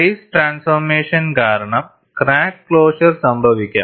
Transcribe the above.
face transformation കാരണം crack closure സംഭവിക്കാം